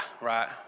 right